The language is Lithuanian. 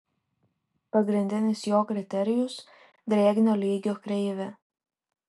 pagrindinis jo kriterijus drėgnio lygio kreivė